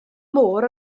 môr